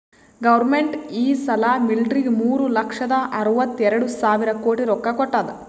government ಈ ಸಲಾ ಮಿಲ್ಟ್ರಿಗ್ ಮೂರು ಲಕ್ಷದ ಅರ್ವತ ಎರಡು ಸಾವಿರ ಕೋಟಿ ರೊಕ್ಕಾ ಕೊಟ್ಟಾದ್